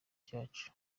cacu